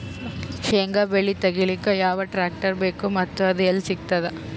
ಶೇಂಗಾ ಬೆಳೆ ತೆಗಿಲಿಕ್ ಯಾವ ಟ್ಟ್ರ್ಯಾಕ್ಟರ್ ಬೇಕು ಮತ್ತ ಅದು ಎಲ್ಲಿ ಸಿಗತದ?